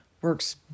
works